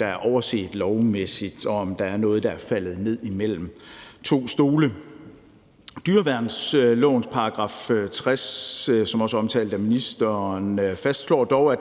der er overset lovmæssigt, og om der er noget, der er faldet ned imellem to stole. Dyrevelfærdslovens § 60, som også er omtalt af ministeren, fastslår dog: